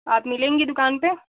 आप मिलेंगी दुकान पे